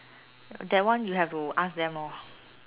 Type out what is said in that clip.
that one you have to ask them lor